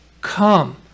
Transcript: come